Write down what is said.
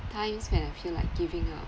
times when I feel like giving up